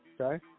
okay